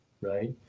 right